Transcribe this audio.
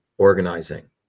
Organizing